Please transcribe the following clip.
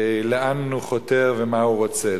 לאן הוא חותר ומה הוא רוצה.